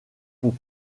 pour